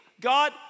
God